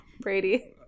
brady